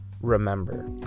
remember